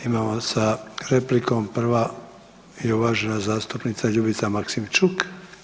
Idemo sa replikom, prva je uvažena zastupnica Ljubica Maksimčuk.